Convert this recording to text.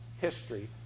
history